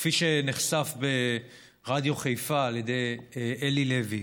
כפי שנחשף ברדיו חיפה על ידי אלי לוי,